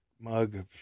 mug